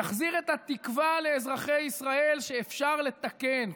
יחזיר את התקווה לאזרחי ישראל שאפשר לתקן.